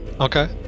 Okay